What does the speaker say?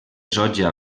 soja